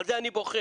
על זה אני בוכה.